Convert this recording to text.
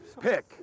Pick